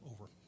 over